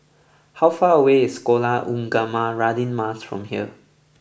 how far away is Sekolah Ugama Radin Mas from here